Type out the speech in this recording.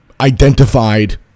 identified